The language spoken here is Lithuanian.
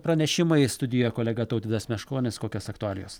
pranešimai studijoj kolega tautvydas meškonis kokios aktualijos